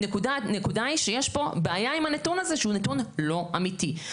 הנקודה היא שיש פה בעיה עם הנתון הזה שהוא נתון לא אמיתי.